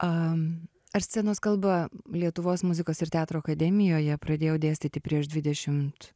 a aš scenos kalbą lietuvos muzikos ir teatro akademijoje pradėjau dėstyti prieš dvidešimt